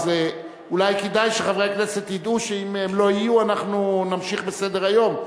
אז אולי כדאי שחברי הכנסת ידעו שאם הם לא יהיו אנחנו נמשיך בסדר-היום.